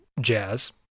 jazz